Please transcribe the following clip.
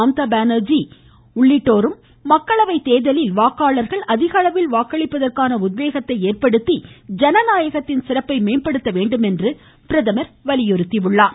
மம்தாபானா்ஜி உள்ளிட்ட அரசியல் தலைவா்களும் மக்களவை தேர்தலில் வாக்காளர்கள் அதிகளவில் வாக்களிப்பதற்கான உத்வேகத்தை ஏற்படுத்தி ஜனநாயகத்தின் சிறப்பை மேம்படுத்த வேண்டும் என்று பிரதமர் கேட்டுக்கொண்டார்